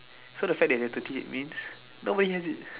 so the fact that you have to teach means nobody has it